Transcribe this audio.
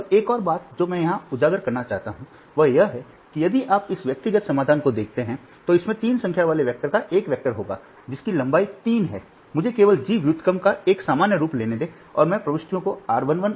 अब एक और बात जो मैं यहां उजागर करना चाहता हूं वह यह है कि यदि आप इस व्यक्तिगत समाधान को देखते हैं तो इसमें तीन संख्या वाले वेक्टर का एक वेक्टर होगा जिसकी लंबाई तीन है मुझे केवल G व्युत्क्रम का एक सामान्य रूप लेने दें और मैं प्रविष्टियों को r 1 कहूंगा